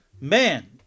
Man